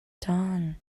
done